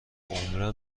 عمرا